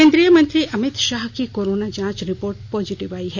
केंद्रीय गृहमंत्री अमित शाह की कोरोना जांच रिपोर्ट पॉजिटिव आई है